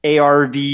arv